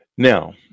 Now